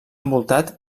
envoltat